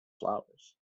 flowers